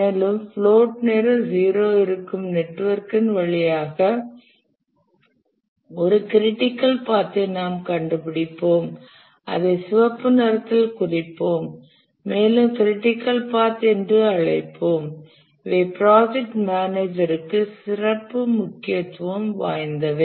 மேலும் பிளோட் நேரம் 0 இருக்கும் நெட்வொர்க்கின் வழியாக ஒரு கிரிட்டிக்கல் பாத்தை நாம் கண்டுபிடிப்போம் அதை சிவப்பு நிறத்தில் குறிப்போம் மேலும் கிரிட்டிக்கல் பாத் என்று அழைப்போம் இவை ப்ராஜெக்ட் மேனேஜர் க்கு சிறப்பு முக்கியத்துவம் வாய்ந்தவை